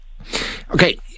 Okay